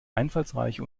einfallsreiche